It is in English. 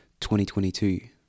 2022